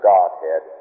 Godhead